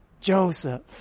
Joseph